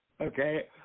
okay